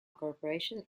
corporation